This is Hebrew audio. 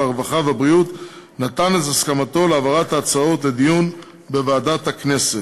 הרווחה והבריאות נתן את הסכמתו להעברת ההצעות לדיון בוועדת הכנסת.